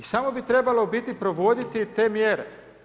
I samo bi trebalo u biti provoditi te mjere.